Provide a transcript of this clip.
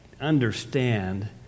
understand